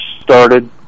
started